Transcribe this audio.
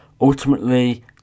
ultimately